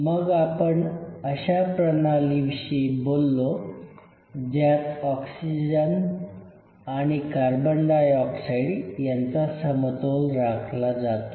मग आपण अशा प्रणाली विषयी बोललो ज्यात ऑक्सिजन आणि कार्बन डाय ऑक्साइड यांचा समतोल राखला जातो